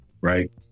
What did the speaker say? right